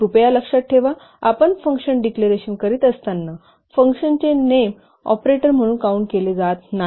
कृपया लक्षात ठेवा आपण फंक्शन डेफिनेशन करीत असताना फंक्शनचे नेम ऑपरेटर म्हणून कॉउंट केले जात नाही